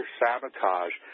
sabotage